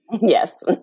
Yes